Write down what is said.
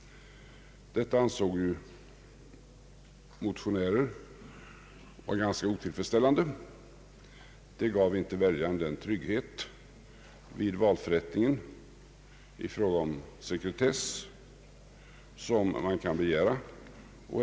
Detta ansåg några motionärer vara ganska otillfredsställande. Det gav väljaren inte den trygghet i fråga om sekretess vid valförrättningen som man kan begära.